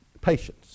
patience